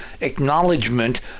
acknowledgement